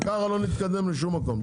ככה לא נתקדם לשום מקום,